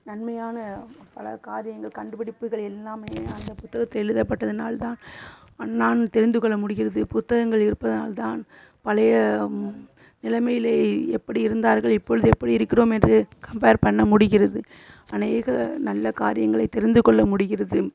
நன்மையான பல காரியங்கள் கண்டுபிடிப்புகள் எல்லாமே அந்த புத்தகத்தில் எழுதப்பட்டதினால் தான் அன் நான் தெரிந்துகொள்ள முடிகிறது புத்தகங்கள் இருப்பதினால் தான் பழைய நிலைமையிலே எப்படி இருந்தார்கள் இப்பொழுது எப்படி இருக்கிறோம் என்று கம்பேர் பண்ண முடிகிறது அநேக நல்ல காரியங்களை தெரிந்துகொள்ள முடிகிறது